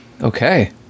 Okay